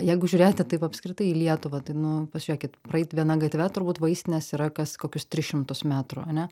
jeigu žiūrėti taip apskritai į lietuvą tai nu pažiūrėkit praeit viena gatve turbūt vaistinės yra kas kokius tris šimtus metrų ane